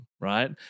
right